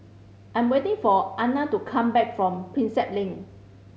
I am waiting for Anona to come back from Prinsep Link